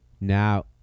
Now